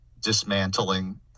dismantling